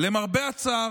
למרבה הצער,